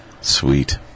Sweet